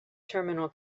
terminal